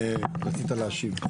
רצית להשיב.